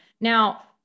now